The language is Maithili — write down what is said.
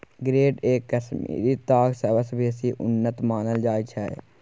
ग्रेड ए कश्मीरी ताग सबसँ बेसी उन्नत मानल जाइ छै